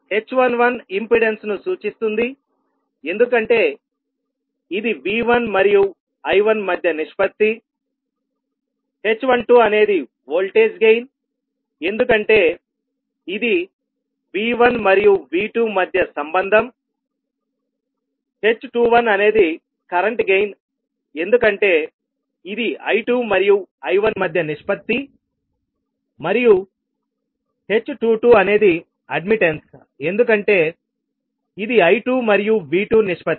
h11 ఇంపెడెన్స్ను సూచిస్తుంది ఎందుకంటే ఇది V1 మరియు I1 మధ్య నిష్పత్తిh12అనేది ఓల్టేజ్ గెయిన్ ఎందుకంటే ఇది V1 మరియు V2 మధ్య సంబంధం h21అనేది కరెంట్ గెయిన్ ఎందుకంటే ఇది I2మరియు I1 మధ్య నిష్పత్తి మరియు h22అనేది అడ్మిట్టన్స్ ఎందుకంటే ఇది I2 మరియు V2 నిష్పత్తి